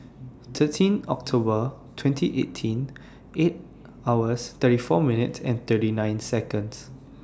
thirteen October twenty eighteen eight hours thirty four minutes thirty nine Seconds